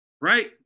right